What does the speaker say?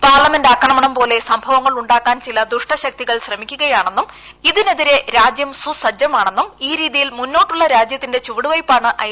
parliament ആക്രമണം പോലെ സംഭവങ്ങൾ ഉണ്ടാക്കാൻ ചില ദുഷ്ടശക്തികൾ ശ്രമിക്കുകയാണെന്നും ഇതിനെതിരെ രാജ്യം സുസജ്ജമാണെന്നും ഈ രീതിയിൽ മുന്നോട്ടുള്ള രാജ്യത്തിന്റെ ചുവടുവയ്പാണ് ഐ